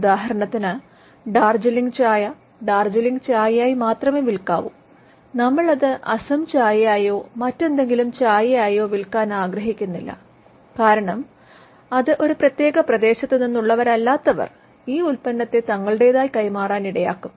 ഉദാഹരണത്തിന് ഡാർജിലിംഗ് ചായ ഡാർജിലിംഗ് ചായയായി മാത്രമേ വിൽക്കാവൂ നമ്മൾ അത് അസം ചായയായോ മറ്റേതെങ്കിലും ചായയായോ വിൽക്കാൻ ആഗ്രഹിക്കുന്നില്ല കാരണം അത് ഒരു പ്രതേക പ്രദേശത്തുനിന്നുള്ളവരല്ലാത്തവർ ഈ ഉൽപനത്തെ തങ്ങളുടേതായി കൈമാറാൻ ഇടയാക്കും